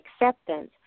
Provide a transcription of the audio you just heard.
acceptance